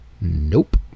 Nope